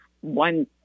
one